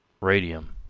radium,